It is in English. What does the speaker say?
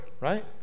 right